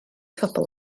phobl